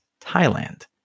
Thailand